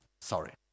Sorry